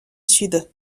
sud